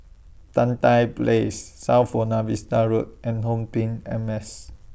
Tan Tye Place South Buona Vista Road and HomeTeam M S